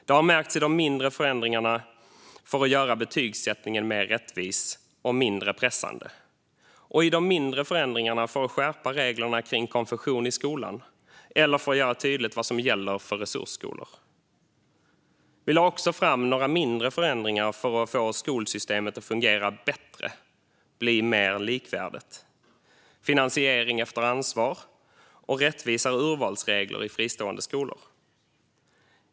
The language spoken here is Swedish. Det har märkts i de mindre förändringarna för att göra betygsättningen mer rättvis och mindre pressande och i de mindre förändringarna för att skärpa reglerna kring konfession i skolan och för att göra tydligt vad som gäller för resursskolor. Vi lade också fram förslag om några mindre förändringar för att få skolsystemet att fungera bättre och bli mer likvärdigt med finansiering efter ansvar och rättvisare urvalsregler i fristående skolor.